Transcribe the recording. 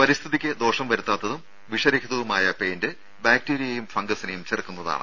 പരിസ്ഥിതിക്ക് ദോഷം വരുത്താത്തതും വിഷരഹിതവുമായ പെയിന്റ് ബാക്ടീരിയയെയും ഫംഗസിനെയും ചെറുക്കുന്നതുമാണ്